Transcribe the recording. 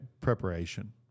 preparation